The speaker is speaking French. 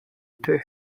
pleut